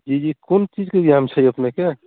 जी जी कोन चीजके एक्जाम छै अपनेके